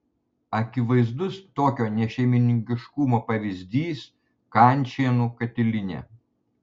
akivaizdus tokio nešeimininkiškumo pavyzdys kančėnų katilinė